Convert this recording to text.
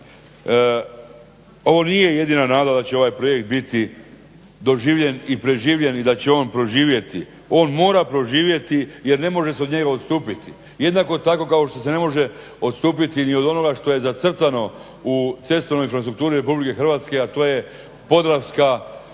ovo nije jedina nada da će ovaj projekt biti doživljen i preživljen i da će on proživjeti. On mora proživjeti jer ne može se od njega odstupiti, jednako tako kao što se ne može odstupiti ni od onoga što je zacrtano u cestovnoj infrastrukturi Republike Hrvatske, a to je podravska